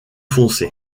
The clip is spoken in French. foncés